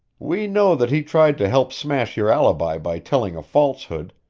we know that he tried to help smash your alibi by telling a falsehood,